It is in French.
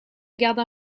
garde